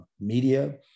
media